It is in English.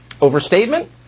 Overstatement